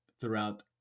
throughout